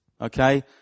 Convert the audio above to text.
okay